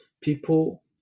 people